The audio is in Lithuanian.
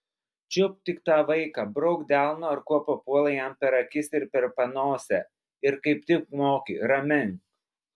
čiupk tik tą vaiką brauk delnu ar kuo papuola jam per akis ir per panosę ir kaip tik moki ramink